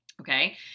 okay